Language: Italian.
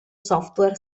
software